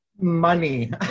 Money